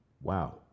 Wow